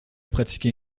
pratiquer